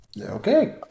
Okay